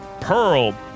Pearl